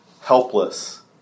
helpless